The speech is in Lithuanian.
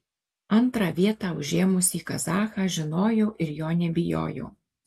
antrą vietą užėmusį kazachą žinojau ir jo nebijojau